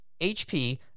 HP